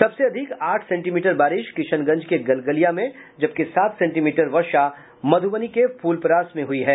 सबसे अधिक आठ सेंटीमीटर बारिश किशनगंज के गलगलिया में जबकि सात सेंटीमीटर वर्षा मध्रबनी के फुलपरास में हुई है